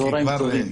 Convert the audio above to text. בשארת,